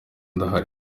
ndahari